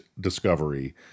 discovery